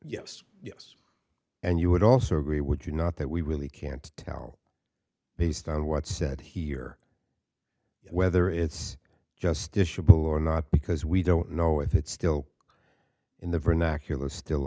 yes yes and you would also agree would you not that we really can't tell based on what's said here whether it's justiciable or not because we don't know if it's still in the vernacular still